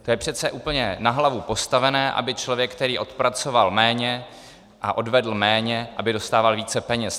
To je přece úplně na hlavu postavené, aby člověk, který odpracoval méně a odvedl méně, dostával více peněz.